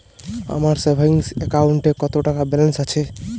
আমার সেভিংস অ্যাকাউন্টে কত টাকা ব্যালেন্স আছে?